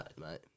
mate